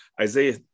Isaiah